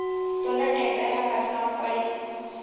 तोला टेक्टर ह कतका म पड़िस?